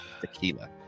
Tequila